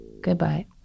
Goodbye